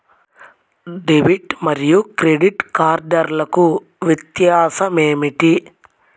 Debit మరియు credit కార్డ్లకు వ్యత్యాసమేమిటీ?